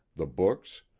the books,